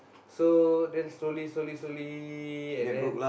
so then slowly slowly slowly and then